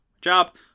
job